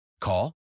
Call